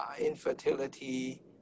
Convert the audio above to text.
infertility